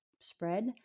spread